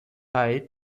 ein